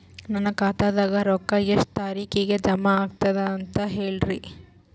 ನನ್ನ ಖಾತಾದಾಗ ರೊಕ್ಕ ಎಷ್ಟ ತಾರೀಖಿಗೆ ಜಮಾ ಆಗತದ ದ ಅಂತ ಹೇಳರಿ?